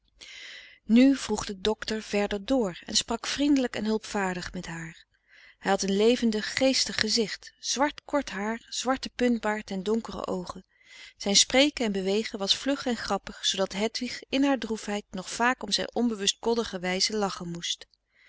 nu vroeg de docter verder dr en sprak vriendelijk en hulpvaardig met haar hij had een levendig geestig gezicht zwart kort haar zwarten puntbaard en donkere oogen zijn spreken en bewegen was vlug en grappig zoodat hedwig in haar droefheid nog vaak om zijn onbewust koddige wijze lachen moest